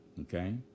okay